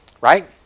right